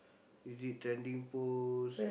is it trending post or